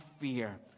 fear